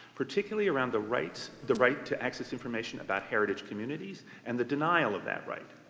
particularly around the right the right to access information about heritage communities and the denial of that right.